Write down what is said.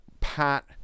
pat